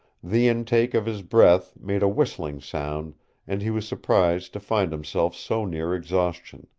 the intake of his breath made a whistling sound and he was surprised to find himself so near exhaustion.